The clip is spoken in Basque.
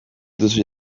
duzu